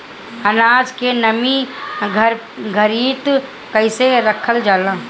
आनाज के नमी घरयीत कैसे परखे लालो?